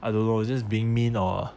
I don't know just being mean or